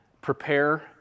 prepare